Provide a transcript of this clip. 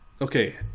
Okay